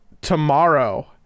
tomorrow